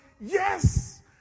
Yes